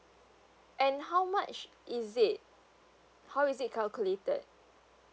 and how much is it how is it calculated